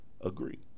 agree